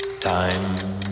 Time